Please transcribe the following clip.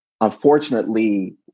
unfortunately